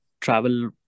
travel